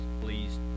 please